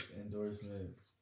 endorsements